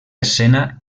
escena